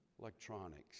Electronics